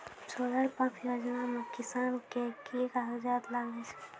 Solar pump योजना म किसान के की कागजात लागै छै?